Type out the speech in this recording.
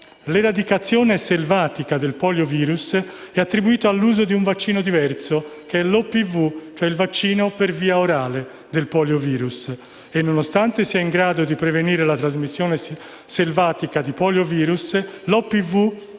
L'eradicazione selvatica del poliovirus è attribuita all'uso di un vaccino diverso, che è l'OPV o vaccino per via orale del poliovirus. Nonostante sia in grado di prevenire la trasmissione selvatica di poliovirus, l'OPV è stato gradualmente eliminato e sostituito con